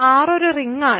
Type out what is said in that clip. R ഒരു റിങ്ങാണ്